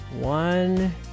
one